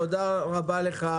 תודה רבה לך,